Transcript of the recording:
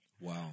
Wow